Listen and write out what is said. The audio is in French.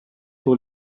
pour